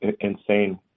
insane